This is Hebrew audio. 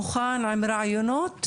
מוכן עם רעיונות,